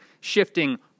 shifting